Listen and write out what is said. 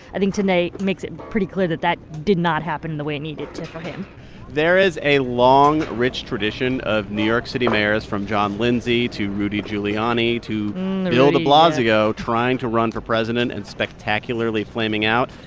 i think tonight makes it pretty clear that that did not happen the way it needed to for him there is a long rich tradition of new york city mayors from john lindsay to rudy giuliani to bill de blasio trying to run for president and spectacularly flaming out.